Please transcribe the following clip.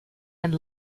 and